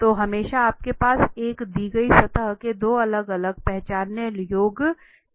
तो हमेशा आपके पास एक दी गई सतह के 2 अलग अलग पहचानने योग्य चेहरे होंगे